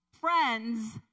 friends